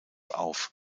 auf